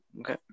okay